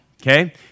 okay